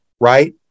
right